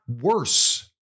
worse